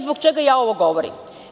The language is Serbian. Zbog čega ovo govorim?